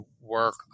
work